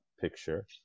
picture